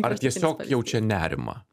ar tiesiog jaučia nerimą